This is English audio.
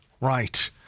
Right